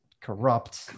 corrupt